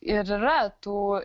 ir yra tų